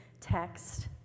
text